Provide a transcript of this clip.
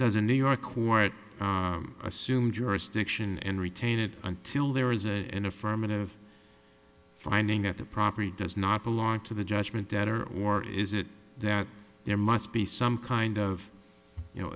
dozen new york quiet assume jurisdiction and retain it until there is an affirmative finding that the property does not belong to the judgment debtor or is it that there must be some kind of you know